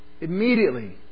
immediately